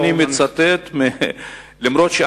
אני מצטט, אתה יודע, אני אמור לפגוש את הפורום.